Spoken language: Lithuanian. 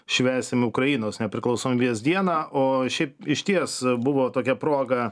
švęsim ukrainos nepriklausomybės dieną o šiaip išties buvo tokia proga